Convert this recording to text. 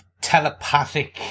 telepathic